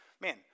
man